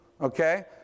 okay